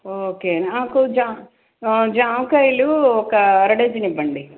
okay నాకు జామ జామకాయలు ఒక అర డజన్ ఇవ్వండి